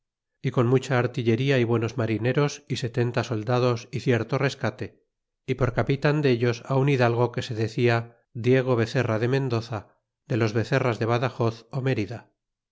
y con mucha artillería y buenos marineros y setenta soldados y cierto rescate y por capitan dellos un hidalgo que se decia diego bezerra de mendoza de los bezerras de badajoz